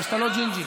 כי אתה לא ג'ינג'י.